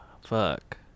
fuck